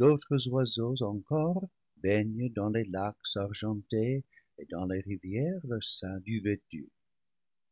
d'autres oiseaux encore baignent dans les lacs argentés et dans les rivières leur sein duveteux